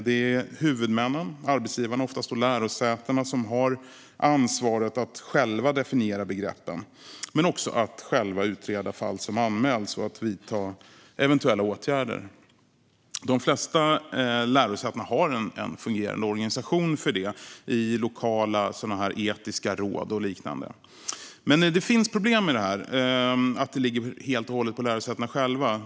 Det är huvudmännen, arbetsgivarna och då oftast lärosätena, som har ansvaret att själva definiera begreppen men också att själva utreda fall som anmäls och vidta eventuella åtgärder. De flesta av lärosätena har en fungerande organisation för detta i lokala etiska råd eller liknande. Men det finns problem med att det ligger helt på lärosätena själva.